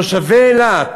תושבי אילת